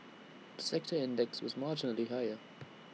the sector index was marginally higher